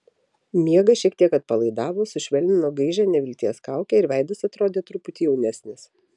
miegas šiek tiek atpalaidavo sušvelnino gaižią nevilties kaukę ir veidas atrodė truputį jaunesnis